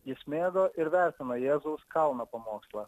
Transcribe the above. jis mėgo ir vertino jėzaus kalno pamokslą